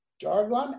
jargon